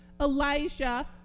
Elijah